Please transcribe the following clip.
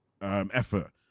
effort